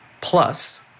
Plus